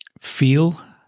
feel